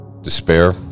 Despair